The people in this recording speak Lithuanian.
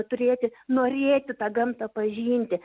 turėti norėti tą gamtą pažinti